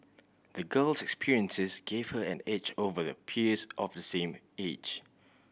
the girl's experiences gave her an edge over her peers of the same age